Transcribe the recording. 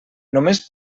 només